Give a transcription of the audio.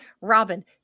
Robin